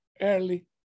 early